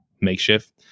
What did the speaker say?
makeshift